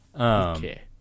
Okay